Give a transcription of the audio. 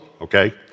okay